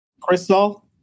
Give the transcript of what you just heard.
Crystal